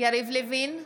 יריב לוין,